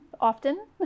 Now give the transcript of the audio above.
often